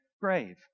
grave